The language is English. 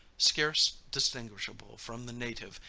scarce distinguishable from the native,